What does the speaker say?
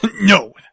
No